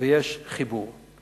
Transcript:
ויש חיבור.